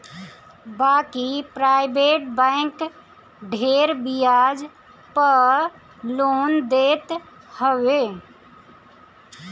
बाकी private bank ढेर बियाज पअ लोन देत हवे